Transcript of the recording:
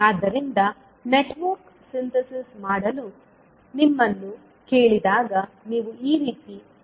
ಆದ್ದರಿಂದ network synthesis ಮಾಡಲು ನಿಮ್ಮನ್ನು ಕೇಳಿದಾಗ ನೀವು ಈ ರೀತಿ ಪ್ರಗತಿ ಹೊಂದುತ್ತೀರಿ